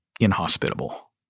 inhospitable